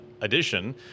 edition